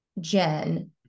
jen